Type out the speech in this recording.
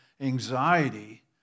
anxiety